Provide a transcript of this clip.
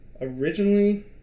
Originally